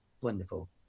wonderful